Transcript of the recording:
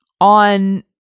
On